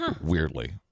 weirdly